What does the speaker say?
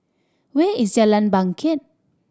where is Jalan Bangket